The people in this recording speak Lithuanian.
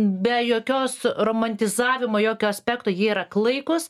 be jokios romantizavimo jokio aspekto jie yra klaikūs